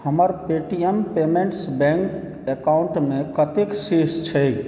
हमर Paytm payments bank अकाउंटमे कतेक शेष छै